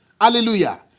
Hallelujah